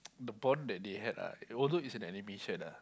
the bond that they had ah although it was an animation ah